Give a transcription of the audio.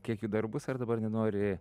kiek jų darbus ar dabar nenori